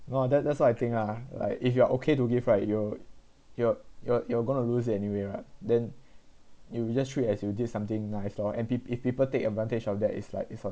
no that that's what I think lah like if you are okay to give right you're you're you're you're going to lose it anyway lah then you just theat as you did something nice lor and peop~ if people take advantage of that is like it's on